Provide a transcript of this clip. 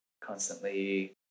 constantly